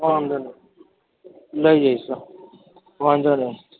વાંધો નહીં લઇ જઈશું વાંધો નહીં